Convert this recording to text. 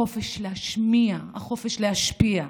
החופש להשמיע, החופש להשפיע,